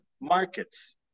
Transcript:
markets